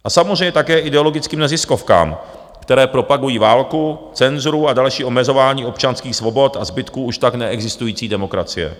A samozřejmě také ideologickým neziskovkám, které propagují válku, cenzuru a další omezování občanských svobod a zbytku už tak neexistující demokracie.